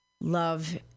love